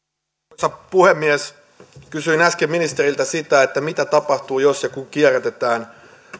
arvoisa puhemies kysyin äsken ministeriltä mitä tapahtuu jos ja kun kierrätetään